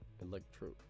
Electro